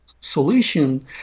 solution